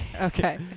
Okay